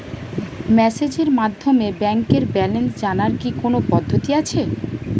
মেসেজের মাধ্যমে ব্যাংকের ব্যালেন্স জানার কি কোন পদ্ধতি আছে?